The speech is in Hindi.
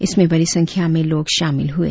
इसमें बड़ी संख्या में लोग शामिल हुए